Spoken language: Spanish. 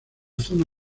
zona